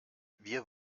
wir